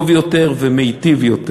טוב יותר ומיטיב יותר.